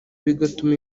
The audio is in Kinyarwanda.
bigatuma